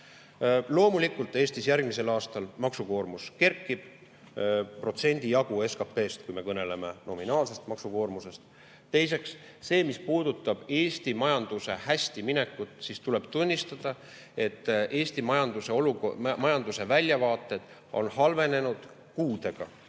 Loomulikult Eestis järgmisel aastal maksukoormus kerkib, protsendi jagu SKP-st, kui me kõneleme nominaalsest maksukoormusest. Teiseks, mis puudutab Eesti majandusel hästi minekut, tuleb tunnistada, et Eesti majanduse väljavaated on halvenenud kuudega.